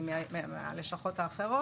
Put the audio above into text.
מהלשכות האחרות.